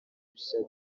gushya